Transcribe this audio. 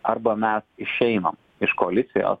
arba mes išeinam iš koalicijos